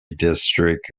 district